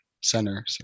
center